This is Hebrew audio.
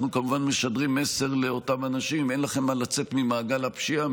אנחנו כמובן משדרים מסר לאותם האנשים שאין להם מה לצאת ממעגל הפשיעה,